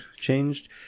changed